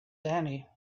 annie